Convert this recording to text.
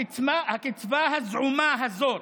הקצבה הזעומה הזאת,